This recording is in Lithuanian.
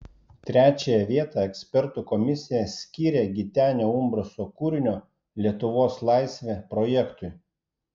trečiąją vietą ekspertų komisija skyrė gitenio umbraso kūrinio lietuvos laisvė projektui